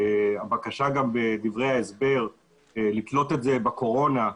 הבקשה, גם בדברי ההסבר, לתלות את זה בקורונה,